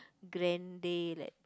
grande like